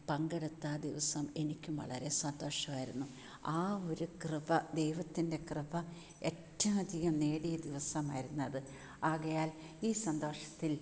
പങ്കെടുത്ത ആ ദിവസം എനിക്കും വളരെ സന്തോഷമായിരുന്നു ആ ഒരു കൃപ ദൈവത്തിൻ്റെ കൃപ ഏറ്റവും അധികം നേടിയ ദിവസമായിരുന്നു അത് ആകയാൽ ഈ സന്തോഷത്തിൽ